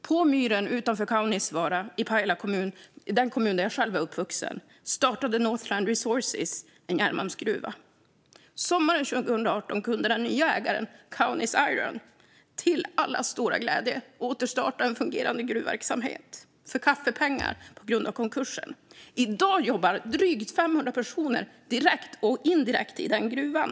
På myren utanför Kaunisvaara i Pajala kommun - den kommun där jag själv är uppvuxen - startade Northland Resources en järnmalmsgruva. Sommaren 2018 kunde den nya ägaren Kaunis Iron till allas stora glädje återstarta en fungerande gruvverksamhet för kaffepengar på grund av konkursen. I dag jobbar drygt 500 personer direkt och indirekt i den gruvan.